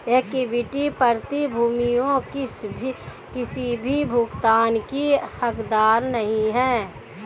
equity प्रतिभूतियां किसी भी भुगतान की हकदार नहीं हैं